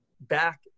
back